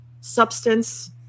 substance